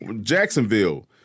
Jacksonville